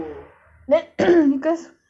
hmm a lot of guys are macam itu sekarang